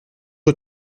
eux